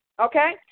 Okay